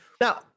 now